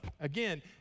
again